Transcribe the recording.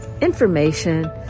information